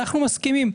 אנחנו מסכימים.